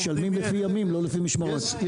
משלמים לפי ימים, לא לפי משמרות.